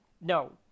no